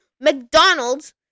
McDonald's